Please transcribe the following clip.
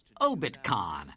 ObitCon